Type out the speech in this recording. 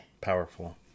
powerful